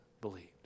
believed